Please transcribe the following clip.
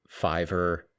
Fiverr